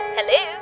Hello